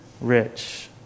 rich